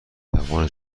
توان